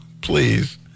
please